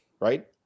right